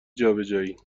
جابجایی